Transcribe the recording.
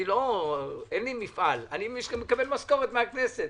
אין לי מפעל, אני מקבל משכורת מהכנסת.